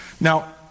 Now